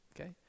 okay